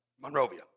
Monrovia